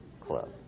club